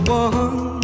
one